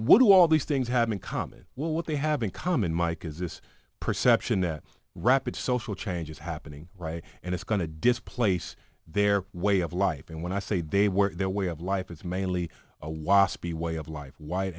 what do all these things have in common well what they have in common mike is this perception that rapid social change is happening right and it's going to displace their way of life and when i say they were their way of life is mainly a waspy way of life white